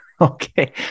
okay